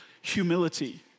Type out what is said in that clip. humility